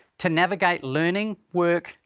to navigate learning, work,